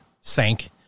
sank